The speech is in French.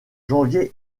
janvier